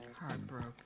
Heartbroken